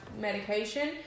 medication